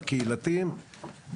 הקהילתיים.